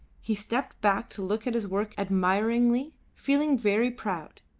he stepped back to look at his work admiringly, feeling very proud.